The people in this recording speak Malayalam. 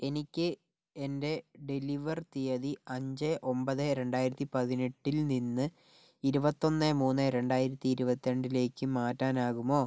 എനിക്ക് എന്റെ ഡെലിവർ തീയതി അഞ്ച് ഒമ്പത് രണ്ടായിരത്തി പതിനെട്ടിൽ നിന്ന് ഇരുപത്തൊന്ന് മൂന്ന് രണ്ടായിരത്തി ഇരുപത്തി രണ്ടിലേക്ക് മാറ്റാനാകുമോ